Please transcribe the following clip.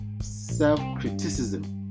self-criticism